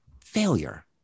failure